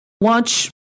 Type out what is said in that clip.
watch